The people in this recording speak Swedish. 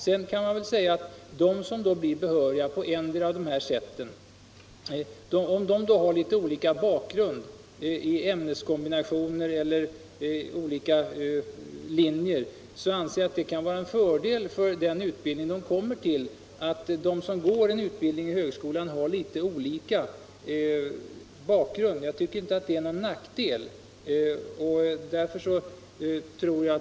Om de som på ettdera sättet blivit behöriga sedan har olika bakgrund i fråga om ämneskombinationer eller linjer kan det vara en fördel för den utbildning som de kommer till. Det är i varje fall inte någon nackdel.